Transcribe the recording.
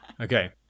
Okay